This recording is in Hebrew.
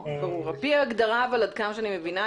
לפי ההגדרה, לפי הבנתי,